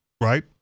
right